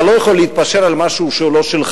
אתה לא יכול להתפשר על משהו שהוא לא שלך.